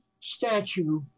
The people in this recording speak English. statue